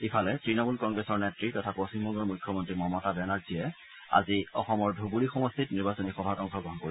ইফালে তৃণমূল কংগ্ৰেছৰ নেত্ৰী তথা পশ্চিমবংগৰ মুখ্যমন্ত্ৰী মমতা বেনাৰ্জীয়ে আজি অসমৰ ধুবুৰী সমষ্টিত নিৰ্বাচনী সভাত অংশগ্ৰহণ কৰিব